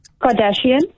Kardashian